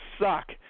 suck